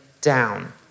down